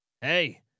Hey